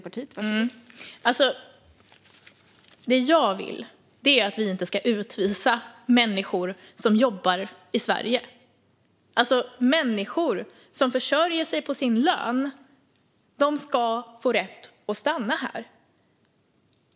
Fru talman! Vad jag vill är att Sverige inte ska utvisa människor som jobbar här. Människor som försörjer sig på sin lön ska få rätt att stanna här.